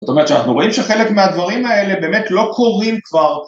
זאת אומרת שאנחנו רואים שחלק מהדברים האלה באמת לא קורים כבר